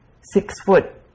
six-foot